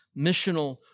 missional